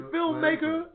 Filmmaker